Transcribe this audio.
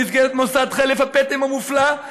במסגרת מוסד "חלף הפטם" המופלא,